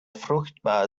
fruchtbar